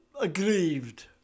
aggrieved